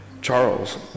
Charles